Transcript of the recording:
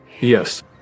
Yes